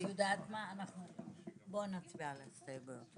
את יודעת מה, בואו נצביע על ההסתייגויות.